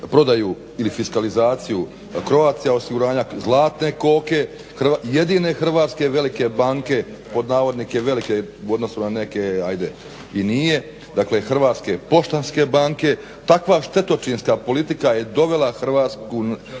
prodaju ili fiskalizacije Croatia Osiguranja, zlatne koke jedine velike hrvatske banke, "velike" u odnosu na neke ajde i nije, dakle Hrvatske poštanske banke. Takva štetočinska politika je dovela Hrvatsku